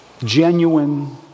Genuine